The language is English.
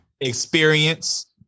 experience